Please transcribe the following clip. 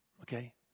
okay